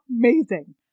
amazing